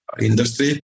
industry